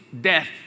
death